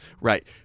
Right